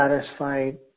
satisfied